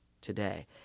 today